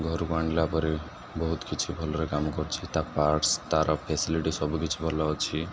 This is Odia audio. ଘରକୁ ଆଣିଲା ପରେ ବହୁତ କିଛି ଭଲରେ କାମ କରୁଛି ତା ପାର୍ଟସ ତାର ଫେସିଲିଟି ସବୁକିଛି ଭଲ ଅଛି